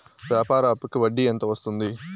వ్యాపార అప్పుకి వడ్డీ ఎంత వస్తుంది?